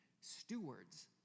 stewards